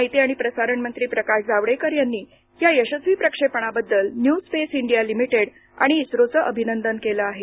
माहिती आणि प्रसारण मंत्री प्रकाश जावडेकर यांनी या यशस्वी प्रक्षेपणाबद्दल न्यू स्पेस इंडिया लिमिटेड आणि इस्रोचं अभिनंदन केलं आहे